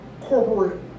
corporate